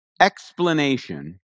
explanation